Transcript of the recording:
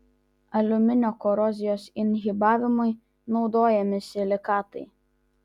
aliuminio korozijos inhibavimui naudojami silikatai